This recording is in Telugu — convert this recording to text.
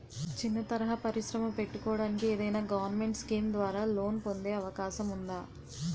చిన్న తరహా పరిశ్రమ పెట్టుకోటానికి ఏదైనా గవర్నమెంట్ స్కీం ద్వారా లోన్ పొందే అవకాశం ఉందా?